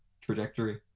trajectory